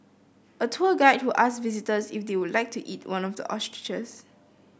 a tour guide who asked visitors if they would like to eat one of the ostriches